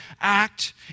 act